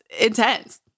intense